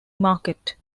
market